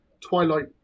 twilight